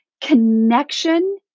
Connection